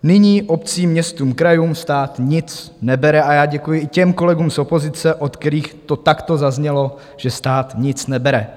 Nyní obcím, městům, krajům, stát nic nebere a já děkuji i těm kolegům z opozice, od kterých to takto zaznělo, že stát nic nebere.